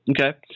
okay